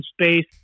space